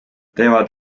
teevad